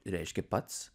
reiškia pats